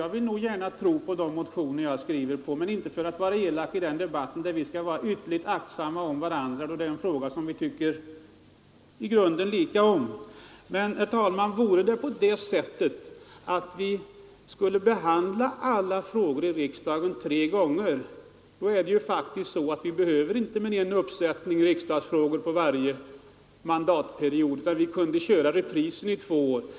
Jag vill kunna tro på de motioner jag skriver på, men jag säger inte det för att vara elak i den här debatten, där vi skall vara ytterligt aktsamma om varandra. Det är ju en fråga där vi har samma uppfattning i grunden. Men, herr talman, vore det på det sättet att vi skulle behandla alla frågor i riksdagen tre gånger skulle vi faktiskt inte behöva mer än en uppsättning riksdagsfrågor för varje mandatperiod. Vi kunde då köra repriser i två år.